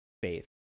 faith